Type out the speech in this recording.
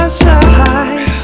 side